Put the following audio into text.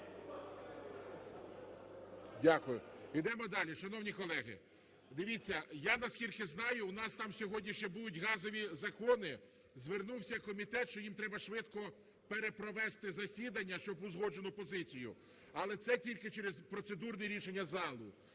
Дякую. Йдемо далі, шановні колеги, дивіться, я наскільки знаю, у нас там сьогодні ще будуть газові закони, звернувся комітет, що їм треба швидко перепровести засідання, щоб узгоджену позицію, але це тільки через процедурні рішення залу.